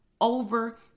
over